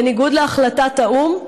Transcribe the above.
בניגוד להחלטת האו"ם,